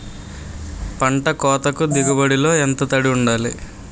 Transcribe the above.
పంట కోతకు దిగుబడి లో ఎంత తడి వుండాలి?